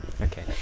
Okay